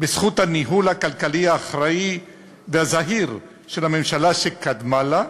בזכות הניהול הכלכלי האחראי והזהיר של הממשלה שקדמה לה,